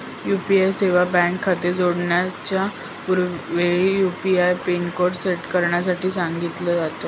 UPI सेवा bank खाते जोडण्याच्या वेळी, यु.पी.आय पिन सेट करण्यासाठी सांगितल जात